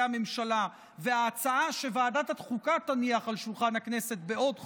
הממשלה וההצעה שוועדת החוקה תניח על שולחן הכנסת בעוד חודשיים,